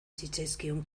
zitzaizkion